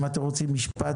אם אתם רוצים לומר משהו,